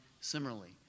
similarly